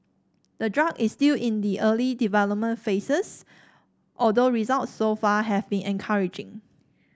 the drug is still in the early development phases although results so far have been encouraging